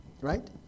Right